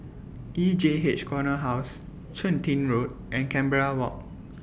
E J H Corner House Chun Tin Road and Canberra Walk